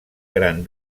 gran